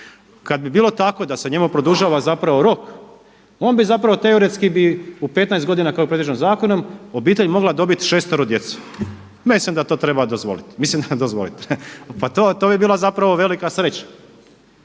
Kada bi bilo tako da se njemu produžava rok on bi teoretski u 15 godina koje je predviđeno zakonom obitelj mogla dobiti šestoro djece, mislim da to treba dozvoliti. Mislim dozvoliti, pa to bi bilo zapravo velika sreća.